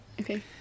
Okay